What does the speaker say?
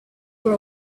for